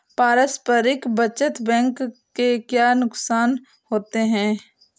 पारस्परिक बचत बैंक के क्या नुकसान होते हैं?